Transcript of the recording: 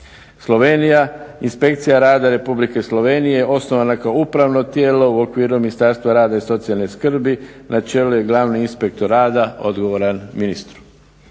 Slovenija, inspekcija rada Republike Slovenije osnovana kao upravno tijelo u okviru Ministarstva rada i socijalne skrbi, na čelu je glavni inspektor rada odgovoran ministru.